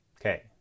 Okay